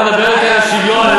אתה מדבר אתי על השוויון,